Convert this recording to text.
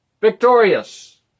victorious